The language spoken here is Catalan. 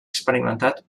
experimentat